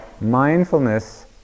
Mindfulness